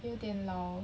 有点老